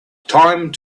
time